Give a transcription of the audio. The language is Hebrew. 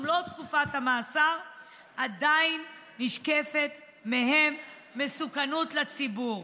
תקופת המאסר עדיין נשקפת מסוכנות לציבור